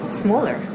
smaller